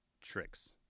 tricks